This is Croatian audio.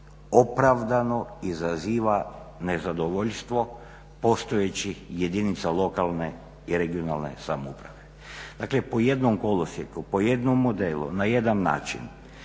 opravdano izaziva nezadovoljstvo postojećih jedinica lokalne i regionalne samouprave. Dakle po jednom kolosijeku, po jednom modelu, na jedan način